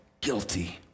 Guilty